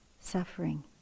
suffering